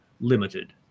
limited